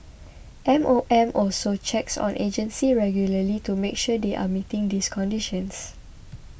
M O M also checks on agencies regularly to make sure they are meeting these conditions